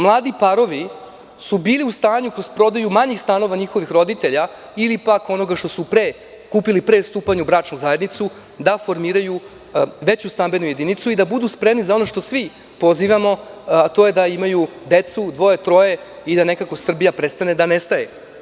Mladi parovi su bili u stanju da kroz prodaju manjih stanova njihovih roditelja ili pak onoga što su kupili pre stupanja u bračnu zajednicu da formiraju veću stambenu jedinicu i da budu spremni da imaju decu, dvoje, troje i da nekako Srbija prestane da nestaje.